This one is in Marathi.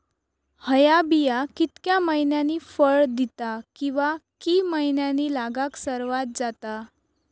हया बिया कितक्या मैन्यानी फळ दिता कीवा की मैन्यानी लागाक सर्वात जाता?